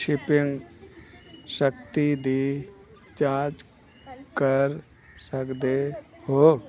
shipping ਸ਼ਕਤੀ ਦੀ ਜਾਂਚ ਕਰ ਸਕਦੇ ਹੋ